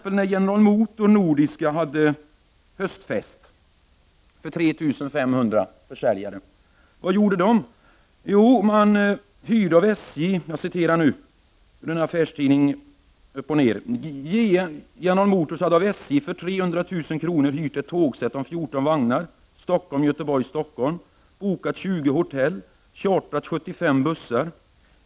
Vad gjorde General Motors Nordiska AB när man hade höstfest för 3 500 försäljare? Jag citerar ur affärsresetidningen Upp&Ner: ”GM hade av SJ för 300 000 kronor hyrt ett tågsätt om 14 vagnar Stockholm-—Göteborg-Stockholm, bokat 20 hotell och chartrat 75 bussar.